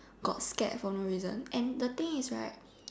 got scared for no reason and the thing is right